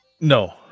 No